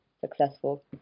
successful